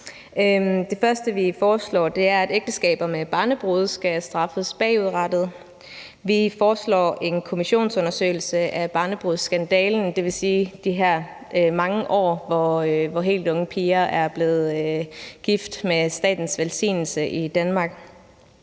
Det første, vi foreslog, er, at ægteskaber med barnebrude skal straffes bagudrettet. Vi foreslår en kommissionsundersøgelse af barnebrudeskandalen, dvs. de her mange år, hvor helt unge piger med statens velsignelse er